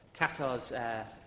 Qatar's